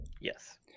Yes